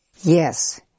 Yes